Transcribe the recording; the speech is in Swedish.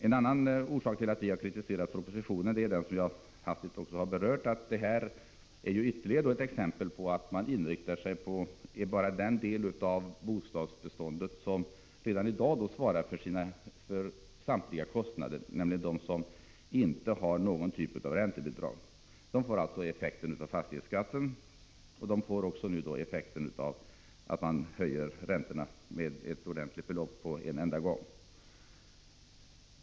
En annan orsak till att vi har kritiserat propositionen är den som jag hastigt har berört tidigare, nämligen att regeringens förslag är ytterligare ett exempel på att man inriktar sig på bara den del av bostadsbeståndet där ägarna redan i dag svarar för samtliga sina kostnader, dvs. de som inte har någon typ av räntebidrag. De drabbas av effekterna av fastighetsskatten och nu också av att räntorna höjs så kraftigt med en enda gång.